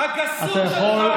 הגסות שלך,